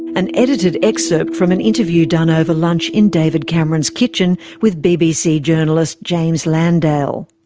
an edited excerpt from an interview done over lunch in david cameron's kitchen with bbc journalist james landale.